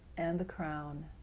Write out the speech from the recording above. and the crown.